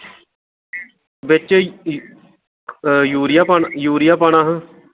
बिच्च यूरिया पाना हा